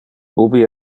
ubi